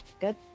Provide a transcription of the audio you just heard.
Good